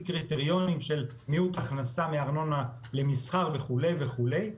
קריטריונים של מיעוט הכנסה מארנונה למסחר וכולי וכולי,